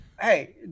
Hey